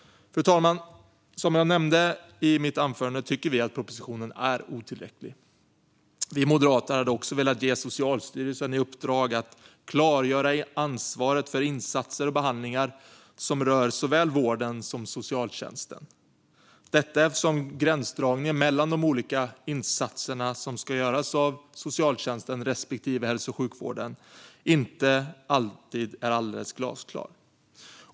Fru talman! Som jag nämnde i början av mitt anförande tycker vi att propositionen är otillräcklig. Vi moderater hade också velat ge Socialstyrelsen i uppdrag att klargöra ansvaret för insatser och behandlingar som rör såväl vården som socialtjänsten. Detta eftersom gränsdragningen mellan de olika insatser som ska göras av socialtjänsten respektive hälso och sjukvården inte alltid är glasklar.